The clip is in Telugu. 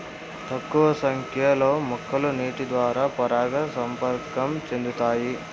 తక్కువ సంఖ్య లో మొక్కలు నీటి ద్వారా పరాగ సంపర్కం చెందుతాయి